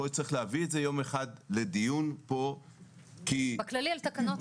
יכול להיות שצריך להביא את זה יום אחד לדיון פה בכללי על תקנות.